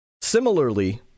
Similarly